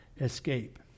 escape